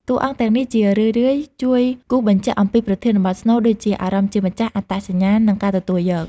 តួអង្គទាំងនេះជារឿយៗជួយគូសបញ្ជាក់អំពីប្រធានបទស្នូលដូចជា អារម្មណ៍ជាម្ចាស់ អត្តសញ្ញាណ និងការទទួលយក។